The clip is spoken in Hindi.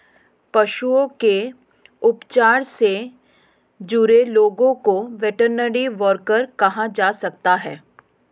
पशुओं के उपचार से जुड़े लोगों को वेटरनरी वर्कर कहा जा सकता है